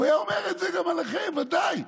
הוא היה אומר את זה גם עליכם, ודאי.